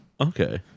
Okay